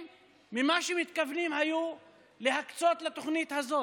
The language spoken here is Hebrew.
ישירות ממה שהיו מתכוונים להקצות לתוכנית הזו.